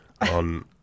on